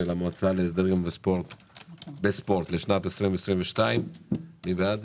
המועצה להסדר ההימורים בספורט לשנת 2022. מי בעד?